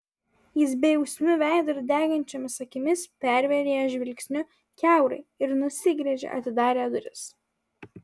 jis bejausmiu veidu ir degančiomis akimis pervėrė ją žvilgsniu kiaurai ir nusigręžė atidarė duris